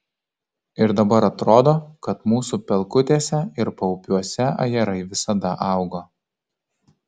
ir dabar atrodo kad mūsų pelkutėse ir paupiuose ajerai visada augo